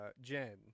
Jen